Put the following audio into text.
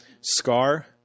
Scar